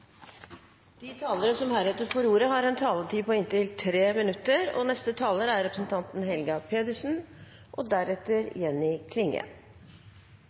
De talere som heretter får ordet, har en taletid på inntil 3 minutter. Representanten Heggelund har fått som vane å skamrose regjeringa og